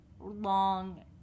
long